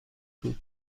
بود